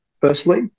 firstly